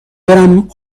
برم